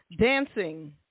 Dancing